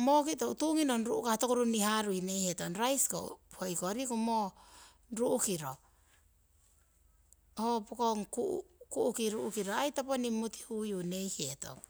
mooki tuu nginong ru'kah toku runni harui neihetong, raisi ko hoi ko riku ru'kiro ho pokong ku' ki ru'kiro aii toponing mutihuyu neihetong.